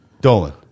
Dolan